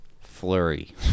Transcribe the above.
Flurry